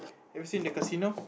have you seen the casino